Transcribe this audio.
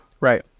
Right